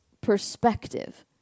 perspective